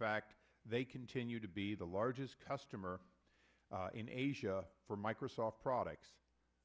fact they continue to be the largest customer in asia for microsoft products